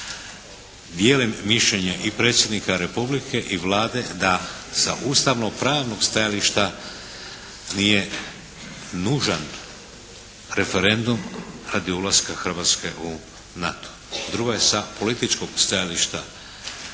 dijelim mišljenje i predsjednika Republike i Vlade da sa ustavno-pravnog stajališta nije nužan referendum radi ulaska Hrvatske u NATO. Drugo je sa političkog stajališta, to